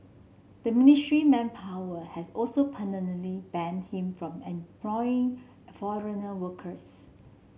the Ministry Manpower has also permanently banned him from employing foreigner workers